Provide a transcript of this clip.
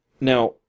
Now